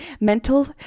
mental